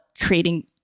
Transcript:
creating